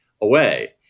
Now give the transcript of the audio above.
away